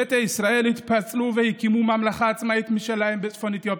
ביתא ישראל התפצלו והקימו ממלכה עצמאית משלהם בצפון אתיופיה,